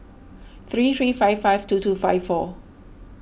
three three five five two two five four